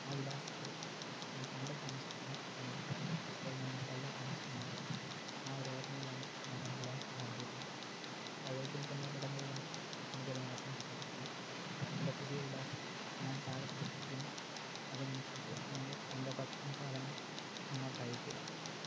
ആ വിലാസത്തിൽ ഞാൻ പണ്ട് താമസിച്ചിരുന്നു എന്നാൽ ഇപ്പോൾ ഞാൻ അവിടെയല്ല താമസിക്കുന്നത് ആ ഒരോർമ്മയിലാണ് ആ വിലാസം നൽകിയിരുന്നത് പഴയതിൽ തന്നെ കിടന്നത് കൊണ്ട് എനിക്കത് മാറ്റാൻ സാധിച്ചില്ല എൻ്റെ പുതിയ വിലാസം ഞാൻ താഴെ കൊടുത്തിരിക്കുന്നു അതനുസരിച്ച് നിങ്ങൾ എൻ്റെ ഭക്ഷണസാധനങ്ങൾ അങ്ങോട്ടയയ്ക്കുക